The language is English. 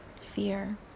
fear